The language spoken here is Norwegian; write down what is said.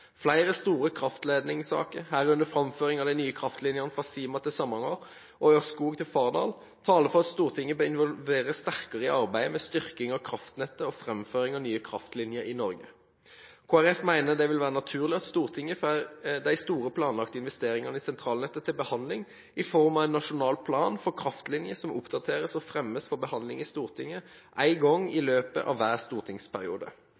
Flere store kraftledningssaker, herunder framføring av nye kraftlinjer fra Sima til Samnanger og fra Ørskog til Fardal, taler for at Stortinget bør involveres sterkere i arbeidet med styrking av kraftnettet og framføring av nye kraftlinjer i Norge. Kristelig Folkeparti mener det vil være naturlig at Stortinget får de store planlagte investeringene i sentralnettet til behandling i form av en nasjonal plan for kraftlinjer, som oppdateres og fremmes for behandling i Stortinget én gang i løpet av hver stortingsperiode.